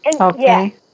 Okay